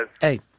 Hey